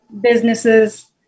businesses